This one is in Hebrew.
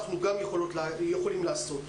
אנחנו גם יכולים לעשות.